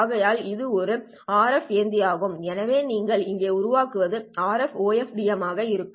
ஆகையால் இது ஒரு RF ஏந்தியாகும் எனவே நீங்கள் இங்கே உருவாக்குவது RF OFDM ஆக இருக்கும்